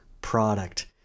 product